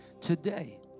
Today